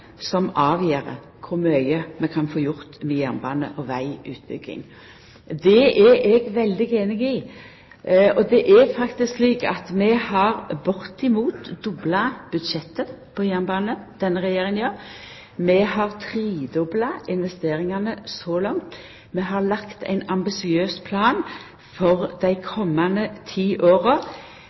som avgjer kor mykje ein kan få gjort med jernbane- og vegutbygging. Det er eg veldig einig i. Det er faktisk slik at denne regjeringa har bortimot dobla budsjettet for jernbanen. Vi har tredobla investeringane så langt. Vi har lagt ein ambisiøs plan for dei komande ti åra.